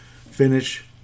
finish